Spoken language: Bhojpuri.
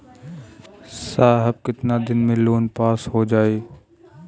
साहब कितना दिन में लोन पास हो जाई?